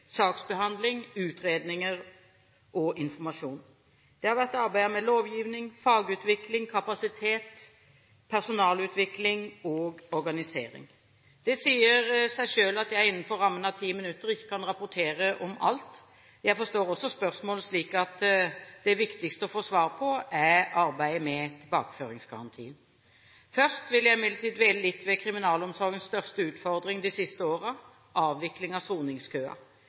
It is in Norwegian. saksbehandling, utredninger og informasjon. Det har vært arbeidet med lovgivning, fagutvikling, kapasitet, personalutvikling og organisering. Det sier seg selv at jeg – innenfor rammen av 10 minutter – ikke kan rapportere om alt. Jeg forstår også spørsmålet slik at det viktigste å få svar på er arbeidet med tilbakeføringsgarantien. Først vil jeg imidlertid dvele litt ved kriminalomsorgens største utfordring de siste åra, avvikling av